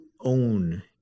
own